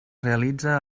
realitze